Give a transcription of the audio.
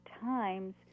times